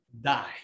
die